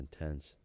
intense